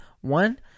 one